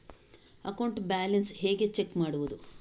Account balance ಹೇಗೆ check ಮಾಡುವುದು?